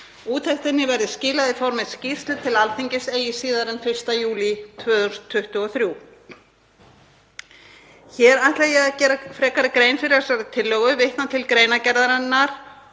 Úttektinni verði skilað í formi skýrslu til Alþingis eigi síðar en 1. júlí 2023.“ Hér ætla ég að gera frekari grein fyrir þessari tillögu, vitna til greinargerðarinnar